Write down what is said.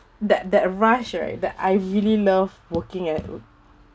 that that rush right that I really love working at